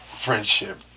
friendship